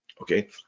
okay